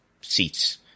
seats